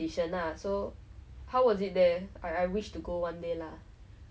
but you've been to japan right I I thought the flight was like 蛮长的